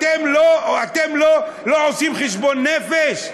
אתם לא עושים חשבון נפש?